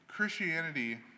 Christianity